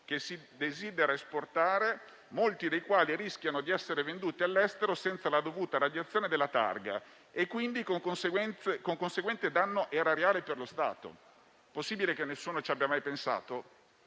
che si desidera esportare, molti dei quali rischiano di essere venduti all'estero senza la dovuta radiazione della targa, con conseguente danno erariale per lo Stato. Possibile che nessuno ci abbia mai pensato?